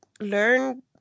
learn